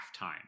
halftime